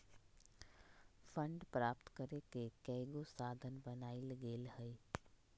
fund प्राप्त करेके कयगो साधन बनाएल गेल हइ